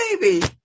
baby